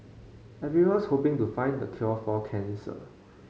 everyone's hoping to find the cure for cancer